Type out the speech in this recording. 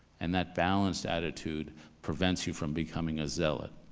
and that balanced attitude prevents you from becoming a zealot.